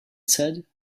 said